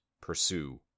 pursue